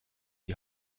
die